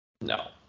No